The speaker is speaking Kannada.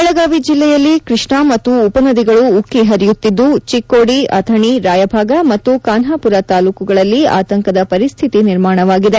ಬೆಳಗಾವಿ ಜಿಲ್ಲೆಯಲ್ಲಿ ಕೃಷ್ಣಾ ಮತ್ತು ಉಪನದಿಗಳು ಉಕ್ಕಿ ಪರಿಯುತ್ತಿದ್ದು ಚಿಕ್ಕೋಡಿ ಅಥಣಿ ರಾಯಭಾಗ ಮತ್ತು ಖಾನ್ವಾಖರ ತಾಲೂಕುಗಳಲ್ಲಿ ಆತಂಕದ ಪರಿಸ್ಥಿತಿ ನಿರ್ಮಾಣವಾಗಿದೆ